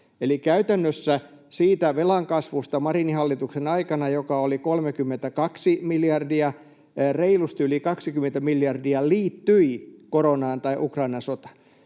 Eli käytännössä Marinin hallituksen aikana siitä velan kasvusta, joka oli 32 miljardia, reilusti yli 20 miljardia liittyi koronaan tai Ukrainan sotaan.